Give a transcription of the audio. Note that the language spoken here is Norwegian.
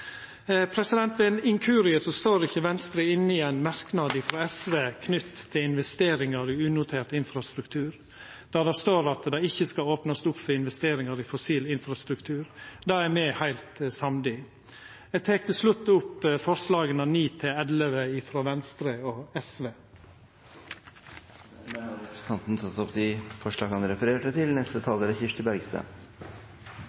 Ved ein inkurie står ikkje Venstre inne i ein merknad frå SV knytt til investeringar i unotert infrastruktur, der det står at det ikkje skal «åpnes opp for investeringer i fossil infrastruktur.» Det er me heilt samde i. Eg tek til slutt opp forslaga nr. 9–11, frå Venstre og Sosialistisk Venstreparti. Dermed har representanten Terje Breivik tatt opp de forslag han refererte til.